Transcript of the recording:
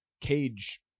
cage